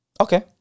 Okay